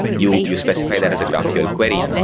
you you specify that as a graphql query,